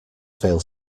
fail